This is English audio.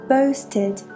Boasted